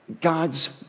God's